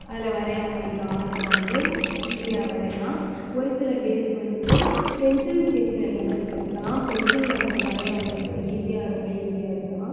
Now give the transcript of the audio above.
அதில் வரைய அவங்களுக்கு ஆசை வந்து ஈஸியாக வரையலாம் ஒரு சில பேருக்கு வந்துட்டு பென்சில் ஸ்கெட்ச்சில் இன்ட்ரெஸ்ட் இருக்கலாம் பென்சிலில் வந்துட்டு வரைய அவங்களுக்கு ஈஸியாக ரொம்ப ஈஸியாக இருக்கலாம்